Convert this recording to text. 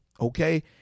okay